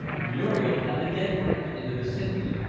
muriel found a dead branch in the vicinity,